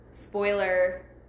spoiler